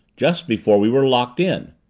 just before we were locked in.